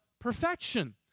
perfection